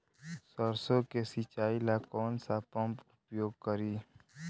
सरसो के सिंचाई ला कौन सा पंप उपयोग करी?